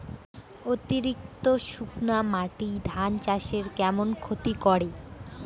অতিরিক্ত শুকনা মাটি ধান চাষের কেমন ক্ষতি করে?